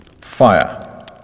Fire